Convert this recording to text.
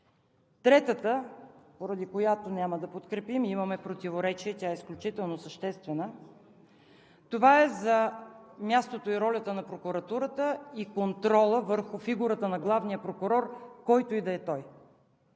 Третата, поради която няма да подкрепим, имаме противоречие и тя е изключително съществена, това е за мястото и ролята на прокуратурата и контрола върху фигурата на главния прокурор, който и да е той.